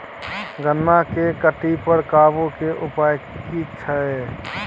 गन्ना के कीट पर काबू के उपाय की छिये?